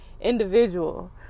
individual